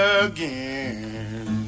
again